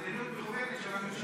זו מדיניות מכוונת של הממשלה.